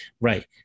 Right